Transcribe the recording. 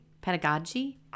pedagogy